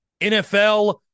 NFL